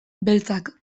beltzak